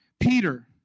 Peter